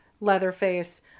Leatherface